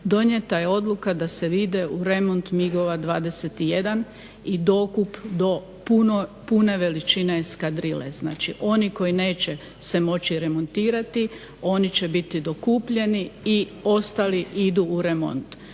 Donijeta je odluka da se … u remont MIG-ova 21 i dokup do pune veličine eskadrile. Znači oni koji neće se moći remontirati oni će biti dokupljeni i ostali idu u remont.